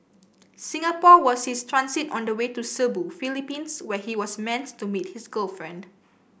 Singapore was his transit on the way to Cebu Philippines where he was meant to meet his girlfriend